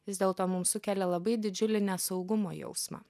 vis dėlto mums sukelia labai didžiulį nesaugumo jausmą